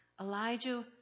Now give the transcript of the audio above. Elijah